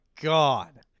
God